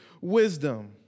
Wisdom